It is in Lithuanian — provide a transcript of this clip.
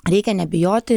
reikia nebijoti